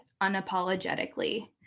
Unapologetically